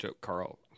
Carl